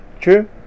True